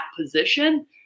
position